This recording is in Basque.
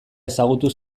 ezagutu